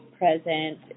present